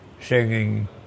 singing